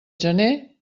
gener